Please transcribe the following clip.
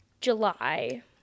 July